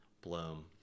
bloom